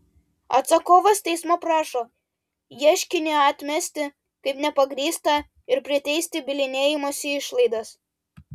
atsakovas teismo prašo ieškinį atmesti kaip nepagrįstą ir priteisti bylinėjimosi išlaidas